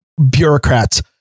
Bureaucrats